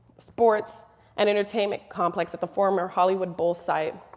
sports and entertainment complex at the former hollywood bowl site,